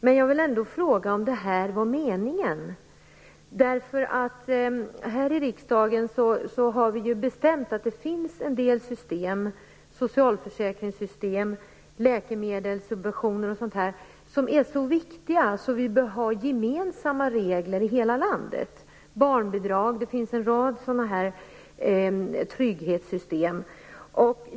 Men jag vill ändå fråga om det här var meningen. Här i riksdagen har vi ju bestämt att det finns en del system - socialförsäkringssystem, läkemedelssubventioner etc. - som är så viktiga att vi bör ha gemensamma regler i hela landet. Barnbidrag är ett annat exempel; det finns en rad sådana här trygghetssystem.